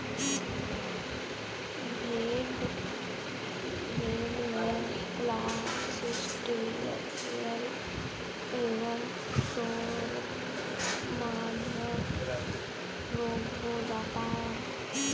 भेड़ में क्लॉस्ट्रिडियल एवं सोरमाउथ रोग हो जाता है